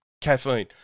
Caffeine